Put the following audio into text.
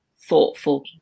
thoughtful